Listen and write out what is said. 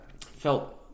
felt